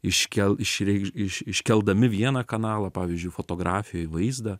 iškel išreikš iš iškeldami vieną kanalą pavyzdžiui fotografijoj vaizdą